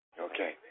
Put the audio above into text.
Okay